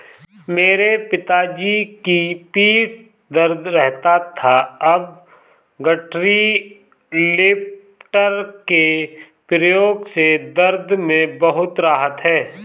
मेरे पिताजी की पीठ दर्द रहता था अब गठरी लिफ्टर के प्रयोग से दर्द में बहुत राहत हैं